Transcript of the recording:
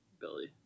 Billy